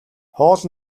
хоол